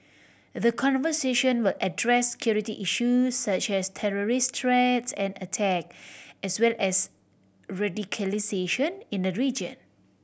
the conversation will address security issues such as terrorist threats and attack as well as radicalisation in the region